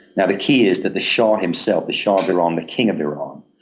now, the key is that the shah himself the shah of iran, the king of iran,